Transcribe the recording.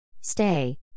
Stay